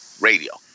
radio